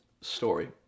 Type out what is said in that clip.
story